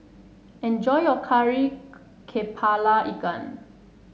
enjoy your Kari kepala Ikan